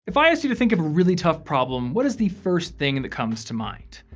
if i asked you to think of a really tough problem what is the first thing that comes to mind?